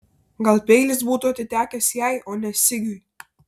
gal peilis būtų atitekęs jai o ne sigiui